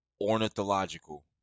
ornithological